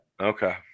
Okay